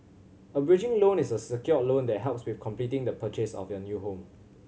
a bridging loan is a secured loan that helps with completing the purchase of your new home